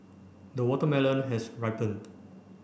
the watermelon has ripened